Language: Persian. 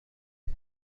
زدن